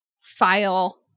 file